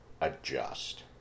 adjust